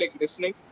listening